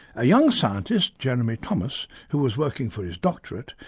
a young scientist, jeremy thomas, who was working for his doctorate,